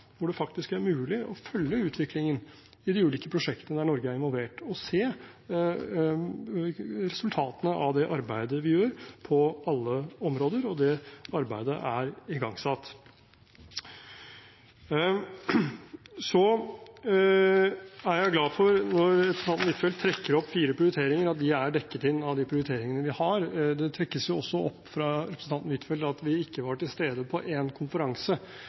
hvor det faktisk er mulig å følge utviklingen i de ulike prosjektene der Norge er involvert, og se resultatene av det arbeidet vi gjør på alle områder. Det arbeidet er igangsatt. Når representanten Huitfeldt trekker opp fire prioriteringer, er jeg glad for at de er dekket inn av de prioriteringene vi har. Det trekkes også frem av representanten Huitfeldt at vi ikke var til stede på en konferanse